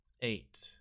eight